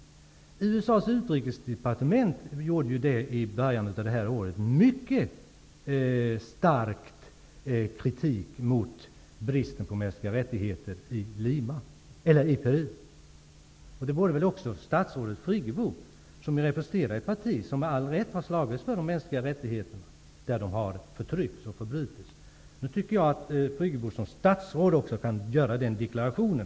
USA:s utrikesdepartement uttalade i början av detta år mycket stark kritik mot bristen på mänskliga rättigheter i Peru. Det borde också statsrådet Friggebo göra som representerar ett parti som med all rätt har slagits för de mänskliga rättigheterna där människor har förtryckts och där förbrytelser skett. Jag tycker att Birgit Friggebo som statsråd kan göra denna deklaration.